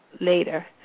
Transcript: later